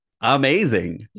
Amazing